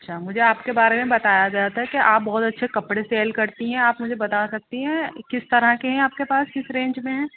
اچھا مجھے آپ کے بارے میں بتایا گیا تھا کہ آپ بہت اچھے کپڑے سیل کرتی ہیں آپ مجھے بتا سکتی ہیں کس طرح کے ہیں آپ کے پاس کس رینج میں ہیں